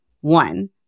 One